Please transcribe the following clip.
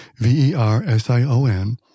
V-E-R-S-I-O-N